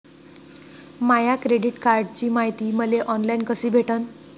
माया credit कार्डची मायती मले ऑनलाईन कसी भेटन?